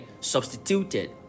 substituted